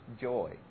joy